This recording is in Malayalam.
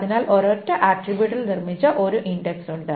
അതിനാൽ ഒരൊറ്റ ആട്രിബ്യൂട്ടിൽ നിർമ്മിച്ച ഒരു ഇൻഡക്സ് ഉണ്ട്